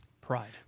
Pride